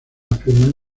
afirman